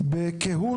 יודע